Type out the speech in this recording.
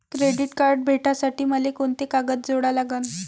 Credit card भेटासाठी मले कोंते कागद जोडा लागन?